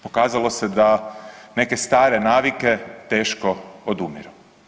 Pokazalo se da neke stare navike teško odumiru.